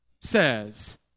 says